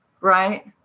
right